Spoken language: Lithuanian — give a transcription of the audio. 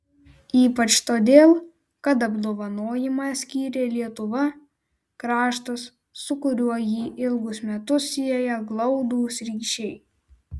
ypač todėl kad apdovanojimą skyrė lietuva kraštas su kuriuo jį ilgus metus sieja glaudūs ryšiai